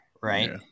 right